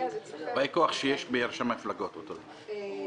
באי הכוח שיש ברשם המפלגות, זה אותו דבר.